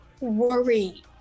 worry